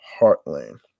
Heartland